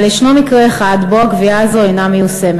אבל יש מקרה אחד שבו הקביעה הזאת אינה מיושמת.